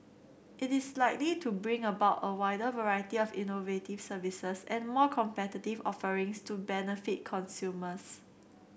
it is likely to bring about a wider variety of innovative services and more competitive offerings to benefit consumers